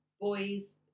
boys